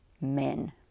Men